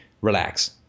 relax